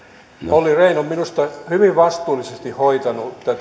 olli rehn on minusta hyvin vastuullisesti hoitanut